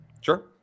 Sure